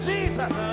Jesus